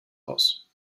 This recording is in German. aus